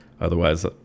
otherwise